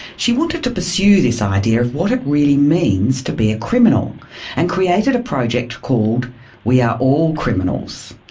she wanted to pursue this idea of what it really means to be a criminal and created a project called we are all criminals.